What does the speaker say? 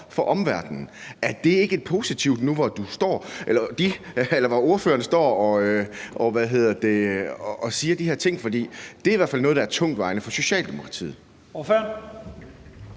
for omverdenen. Er det ikke positivt nu, når ordføreren står og siger de her ting? For det er i hvert fald noget, der er tungtvejende for Socialdemokratiet.